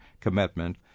commitment